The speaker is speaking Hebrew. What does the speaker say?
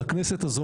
לכנסת הזו,